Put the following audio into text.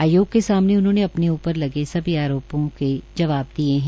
आयोग के सामने उन्होंने अपने ऊपर लगे सभी आरोपों के जवाब दिए हैं